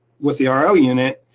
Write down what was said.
with the ah ro unit,